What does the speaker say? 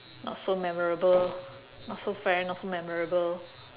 not so memorable not so fair not so memorable